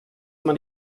man